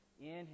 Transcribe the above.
inhale